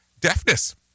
deafness